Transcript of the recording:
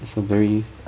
it's a very